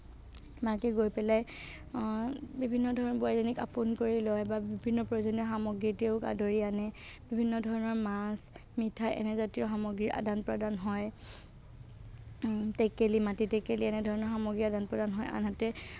মাকে গৈ পেলাই বিভিন্ন ধৰণৰ বোৱাৰীজনীক আপোন কৰি লয় বা বিভিন্ন প্ৰয়োজনীয় সামগ্ৰী দিয়ো আদৰি আনে বিভিন্ন ধৰণৰ মাছ মিঠাই এনেজাতীয় সামগ্ৰী আদান প্ৰদান হয় টেকেলি মাটি টেকেলি এনে ধৰণৰ সামগ্ৰী আদান প্ৰদান হয় আনহাতে